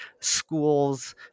schools